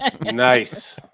Nice